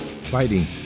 fighting